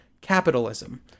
capitalism